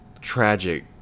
Tragic